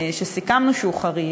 שסיכמנו שהוא חריף,